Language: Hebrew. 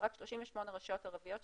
ורק 38 רשויות ערביות,